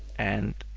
and